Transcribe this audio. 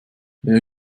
wer